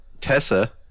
Tessa